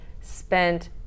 spent